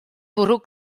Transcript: bwrw